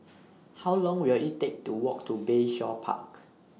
How Long Will IT Take to Walk to Bayshore Park